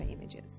images